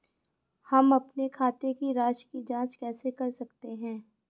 हम अपने खाते की राशि की जाँच कैसे कर सकते हैं?